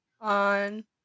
on